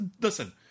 listen